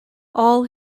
all